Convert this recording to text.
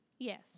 Yes